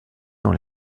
dans